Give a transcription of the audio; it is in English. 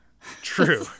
True